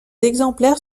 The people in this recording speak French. exemplaires